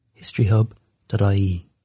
historyhub.ie